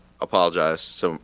Apologize